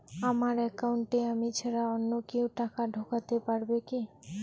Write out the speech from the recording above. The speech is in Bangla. আমার একাউন্টে আমি ছাড়া অন্য কেউ টাকা ঢোকাতে পারবে কি?